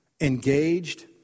engaged